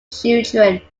children